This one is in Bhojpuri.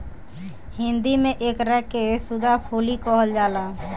हिंदी में एकरा के सदाफुली कहल जाला